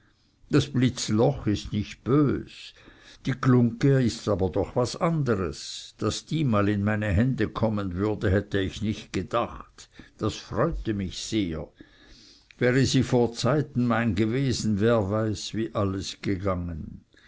das blitzloch ist nicht bös die glungge ist aber doch was anders daß die mal in meine hände kommen würde hätte ich nicht gedacht das freute mich sehr wäre sie vor zeiten mein gewesen wer weiß wie alles gegangen